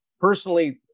personally